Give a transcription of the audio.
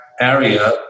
area